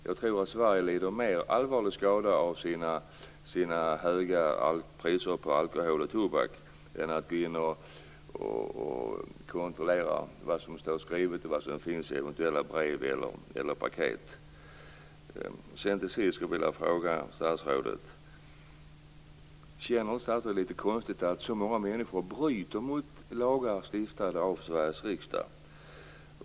Jag tror att Sverige lider mer allvarlig skada av sina höga priser på alkohol och tobak än av att gå in och kontrollera vad som står skrivet och vad som finns i eventuella brev eller paket. Till sist vill jag fråga statsrådet om han inte känner att det är litet konstigt att så många människor bryter mot lagar stiftade av Sveriges riksdag.